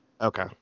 Okay